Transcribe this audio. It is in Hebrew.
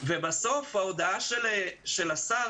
ובסוף ההודעה של השר